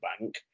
bank